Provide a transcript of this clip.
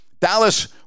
Dallas